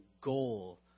goal